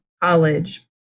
college